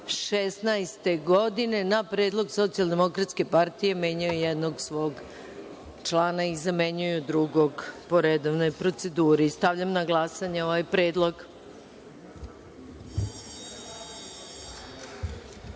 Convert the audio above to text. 2016. godine, na predlog Socijaldemokratske partije, koji menjaju jednog svog člana i zamenjuju ga drugim po redovnoj proceduri. Stavljam na glasanje ovaj